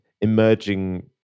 emerging